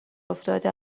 افتاده